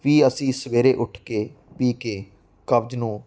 ਵੀ ਅਸੀਂ ਸਵੇਰੇ ਉੱਠ ਕੇ ਪੀ ਕੇ ਕਬਜ਼ ਨੂੰ